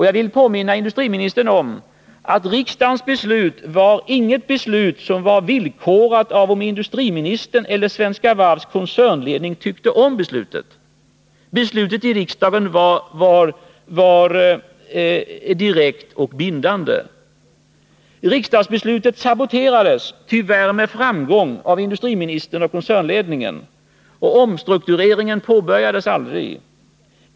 Jag vill påminna industriministern om att riksdagens beslut inte var något beslut som var villkorat av om industriministern eller Svenska Varvs koncernledning tyckte om det. Beslutet i riksdagen var direkt och bindande. Riksdagsbeslutet saboterades — tyvärr med framgång — av industriministern och koncernledningen. Omstruktureringen påbörjades aldrig.